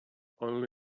only